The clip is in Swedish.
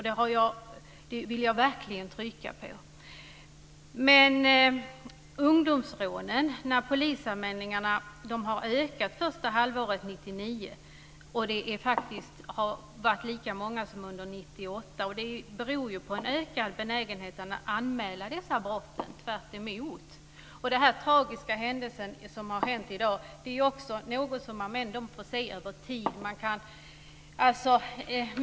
Det vill jag verkligen trycka på. När det gäller ungdomsrånen har polisanmälningarna ökat det första halvåret 1999. Det har faktiskt varit lika många som under 1998. Det beror på en ökad benägenhet att anmäla dessa brott. Den tragiska händelsen i dag är också något som man bör se över tid.